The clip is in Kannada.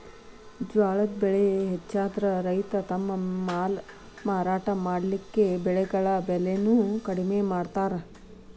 ಜ್ವಾಳದ್ ಬೆಳೆ ಹೆಚ್ಚಾದ್ರ ರೈತ ತಮ್ಮ ಮಾಲ್ ಮಾರಾಟ ಮಾಡಲಿಕ್ಕೆ ಬೆಳೆಗಳ ಬೆಲೆಯನ್ನು ಕಡಿಮೆ ಮಾಡತಾರ್